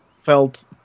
felt